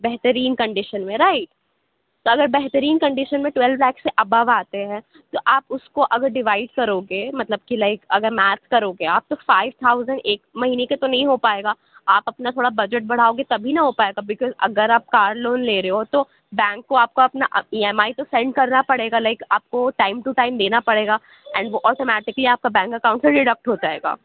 بہترین کنڈیشن میں رائٹ تو اگر بہترین کنڈیشن میں ٹویلو لاکھ سے ابو آتے ہیں تو آپ اُس کو اگر ڈیوائڈ کروگے مطلب کہ لائک اگر میتھ کروگے آپ تو فائیو تھاؤزینڈ ایک مہینے کے تو نہیں ہو پائے گا آپ اپنا تھوڑا بجٹ بڑھاؤ گے تبھی نہ ہو پائے گا بکاؤز اگر آپ کار لون لے رہے ہو تو بینک کو آپ کو اپنا ای ایم آئی تو سینڈ کرنا پڑے گا لائک آپ کو ٹائم ٹو ٹائم دینا پڑے گا اینڈ وہ آٹومیٹکلی آپ کا بینک اکاؤنٹ سے ڈڈکٹ ہو جائے گا